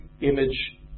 image